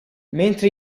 mentre